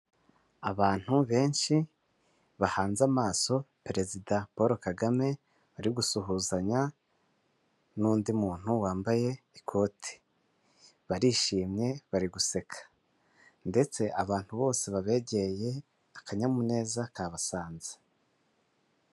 Abantu benshi bahanze amaso perezida Paul Kagame uri gusuhuzanya n'undi muntu wambaye ikote barishimye bari guseka ndetse abantu bose babegeye akanyamuneza kabasabye.